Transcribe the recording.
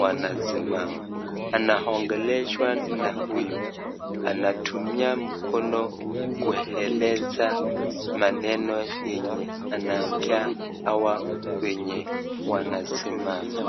wanasimama anaongeleshwa na huyu ,anatumia mkono kueleza maneno yenye anambia hawa wenye wanasimama.